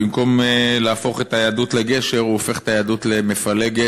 במקום להפוך את היהדות לגשר הוא הופך את היהדות למפלגת,